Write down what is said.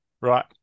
right